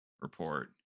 report